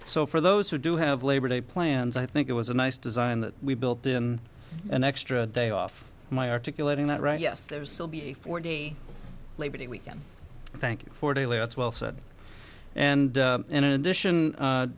so for those who do have labor day plans i think it was a nice design that we built in an extra day off my articulating that right yes there's still be a four day labor day weekend thank you for daily it's well said and in addition